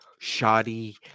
shoddy